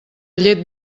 llet